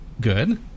good